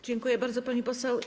Dziękuję bardzo, pani poseł.